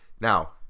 Now